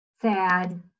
sad